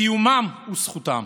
קיומם הוא זכותם.